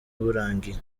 burangiye